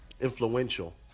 influential